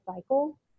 cycle